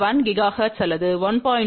1 gigahertz அல்லது 1